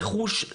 רכוש,